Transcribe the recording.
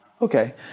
Okay